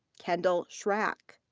kendall shrack.